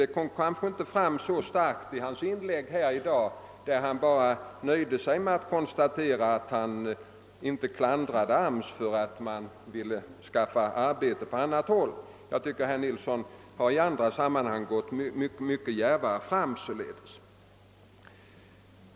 Detta kom kanske inte så klart till uttryck i hans inlägg i dag, där han nöjde sig med att konstatera att han inte klandrade AMS för att vilja skaffa människorna arbete på annat håll, men i andra sammanhang har han alltså gått djärvare fram.